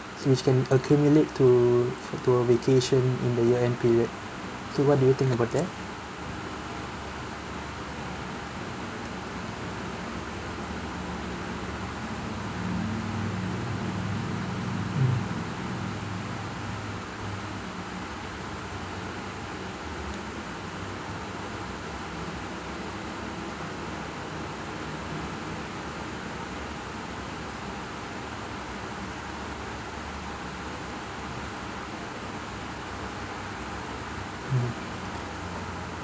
which can accumulate to to a vacation in the year end period so what do you think about that mm mm